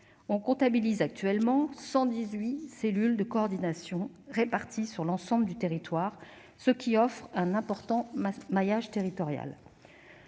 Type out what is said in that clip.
On comptabilise actuellement 118 cellules de coordination, réparties sur l'ensemble du territoire, ce qui offre un important maillage territorial.